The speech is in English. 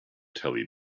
telly